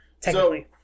Technically